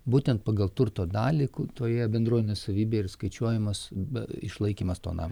būtent pagal turto dalį toje bendroje nuosavybėje ir skaičiuojamas išlaikymas to namo